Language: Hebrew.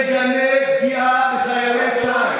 תגנה פגיעה בחיילי צה"ל,